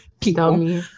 people